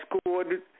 scored